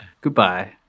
Goodbye